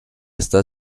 está